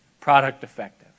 product-effective